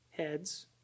heads